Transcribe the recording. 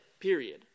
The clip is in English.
period